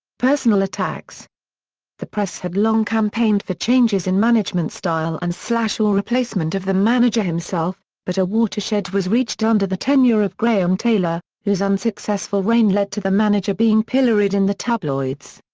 personal attacks the press had long campaigned for changes in management style and or replacement of the manager himself, but a watershed was reached under the tenure of graham taylor, whose unsuccessful reign led to the manager being pilloried in the tabloids.